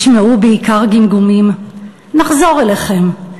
נשמעו בעיקר גמגומים: 'נחזור אליכם,